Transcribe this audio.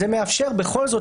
זה מאפשר בכל זאת,